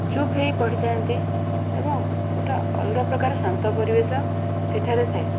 ଚୁପ୍ ହୋଇ ପଢ଼ିଥାଆନ୍ତି ଏବଂ ଗୋଟେ ଅଲଗା ପ୍ରକାର ଶାନ୍ତ ପରିବେଶ ସେଠାରେ ଥାଏ